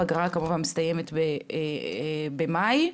הפגרה מסתיימת במאי,